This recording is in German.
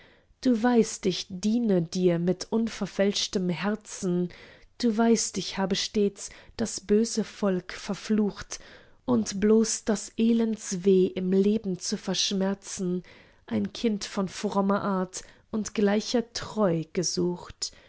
du weißt ich diene dir mit unverfälschtem herzen du weißt ich habe stets das böse volk verflucht und bloß das elendsweh im leben zu verschmerzen ein kind von frommer art und gleicher treu gesucht